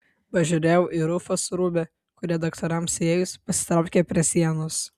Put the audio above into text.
pažiūrėjau į rufą su rūbe kurie daktarams įėjus pasitraukė prie sienos